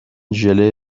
ژله